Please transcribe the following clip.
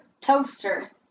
toaster